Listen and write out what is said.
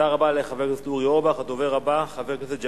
תודה רבה לחבר הכנסת אורי אורבך.